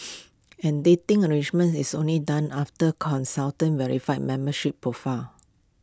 and dating arrangement is only done after consultant verifies membership profile